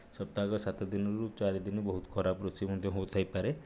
ସପ୍ତାହକ ସାତଦିନରୁ ଚାରିଦିନ ବହୁତ ଖରାପ ରୋଷେଇ ମଧ୍ୟ ହେଉଥାଇପାରେ